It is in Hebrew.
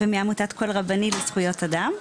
ומעמותת קול רבני לזכויות אדם.